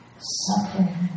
Suffering